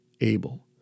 Abel